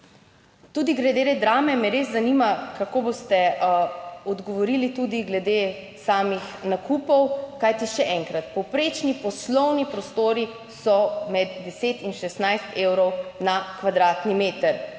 Tudi glede te Drame me res zanima, kako boste odgovorili tudi glede samih nakupov, kajti še enkrat, povprečni poslovni prostori so med 10 in 16 evrov na kvadratni meter.